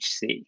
HC